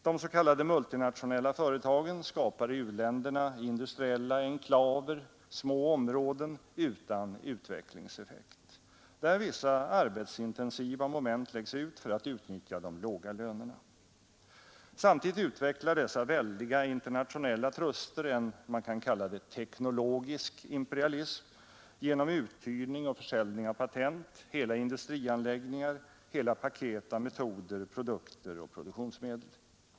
De s.k. multinationella företagen skapar i u-länderna industriella enklaver, små områden utan utvecklingseffekt, där vissa arbetsintensiva moment läggs ut för att utnyttja de låga lönerna. Samtidigt utvecklar dessa väldiga internationella truster en ”teknologisk imperialism” genom uthyrning och försäljning av patent, hela industrianläggningar, hela paket av metoder, produkter och produktionsmedel.